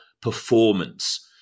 performance